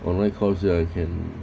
online course that I can